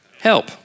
help